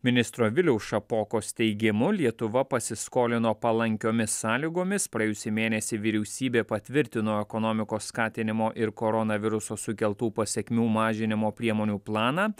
ministro viliaus šapokos teigimu lietuva pasiskolino palankiomis sąlygomis praėjusį mėnesį vyriausybė patvirtino ekonomikos skatinimo ir koronaviruso sukeltų pasekmių mažinimo priemonių planą